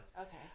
Okay